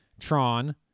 tron